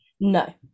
No